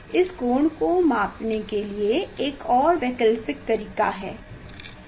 इस कोण को मापने के लिए एक और वैकल्पिक तरीका है